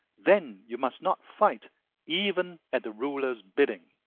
then you must not fight even at the ruler's bidding.